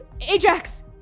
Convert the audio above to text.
Ajax